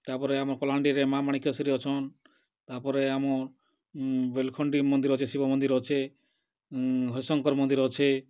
ତା'ପରେ ଆମ କଳାହାଣ୍ଡିରେ ମା' ମଣିକେଶରୀ ଅଛନ୍ ତା'ପରେ ଆମ ବେଲଖଣ୍ଡି ମନ୍ଦିର ଅଛି ଶିବ ମନ୍ଦିର ଅଛେ ହରିଶଙ୍କର ମନ୍ଦିର ଅଛେ